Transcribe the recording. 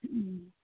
ꯎꯝ